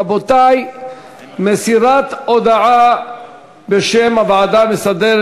רבותי, מסירת הודעה בשם הוועדה המסדרת.